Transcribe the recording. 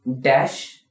dash